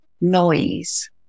noise